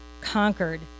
conquered